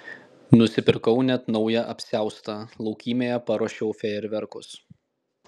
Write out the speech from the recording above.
nusipirkau net naują apsiaustą laukymėje paruošiau fejerverkus